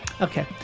Okay